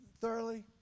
thoroughly